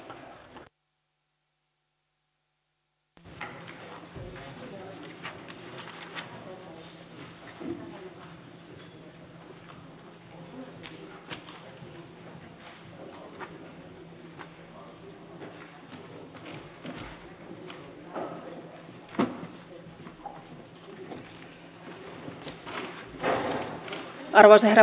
arvoisa herra puhemies